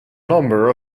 number